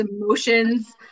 emotions